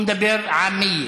והוא מדבר (אומר בערבית: